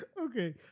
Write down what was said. Okay